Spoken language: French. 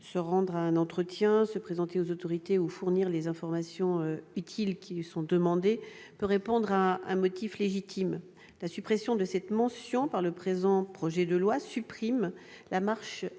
se rendre à un entretien, se présenter aux autorités ou fournir les informations utiles, par exemple -peut répondre à un motif légitime. La suppression de cette mention par le projet de loi supprime la marge